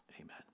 amen